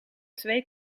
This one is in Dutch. twee